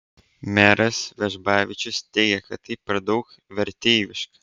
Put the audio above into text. meras vežbavičius teigė kad tai per daug verteiviška